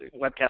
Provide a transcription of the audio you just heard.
webcast